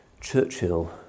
Churchill